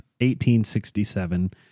1867